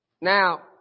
now